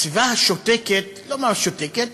הסביבה השותקת לא ממש שותקת,